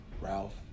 Ralph